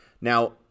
Now